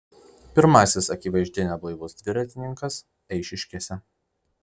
pirmasis akivaizdžiai neblaivus dviratininkas eišiškėse